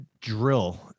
drill